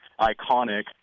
iconic